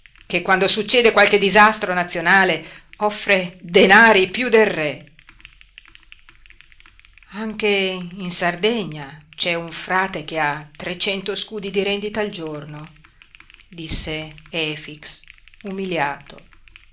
che quando succede qualche disastro nazionale offre denari piú del re anche in sardegna c'è un frate che ha trecento scudi di rendita al giorno disse efix umiliato